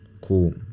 cool